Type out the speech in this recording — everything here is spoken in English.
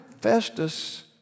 Festus